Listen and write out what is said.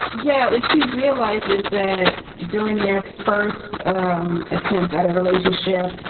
yeah like she realizes that during their first um attempt at a relationship,